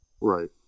Right